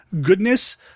goodness